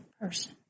Person